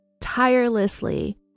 tirelessly